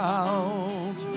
out